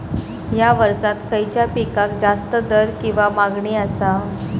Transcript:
हया वर्सात खइच्या पिकाक जास्त दर किंवा मागणी आसा?